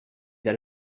that